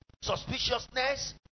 Suspiciousness